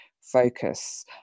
focus